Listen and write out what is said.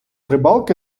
рибалки